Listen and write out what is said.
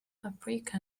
paprika